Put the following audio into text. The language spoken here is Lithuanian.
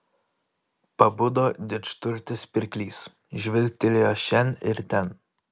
pabudo didžturtis pirklys žvilgtelėjo šen ir ten